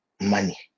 money